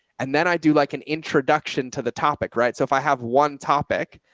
and then i do like an introduction to the topic. right. so if i have one topic,